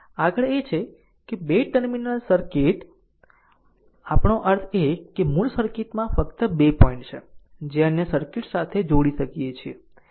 હવે આગળ તે છે કે r બે ટર્મિનલ સર્કિટ આપણો અર્થ એ છે કે મૂળ સર્કિટમાં ફક્ત બે પોઇન્ટ છે જે અન્ય સર્કિટ્સ સાથે જોડીએ થઈ શકે છે